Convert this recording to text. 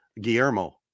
Guillermo